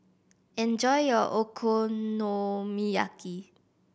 enjoy your Okonomiyaki